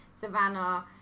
Savannah